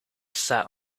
sat